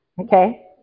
okay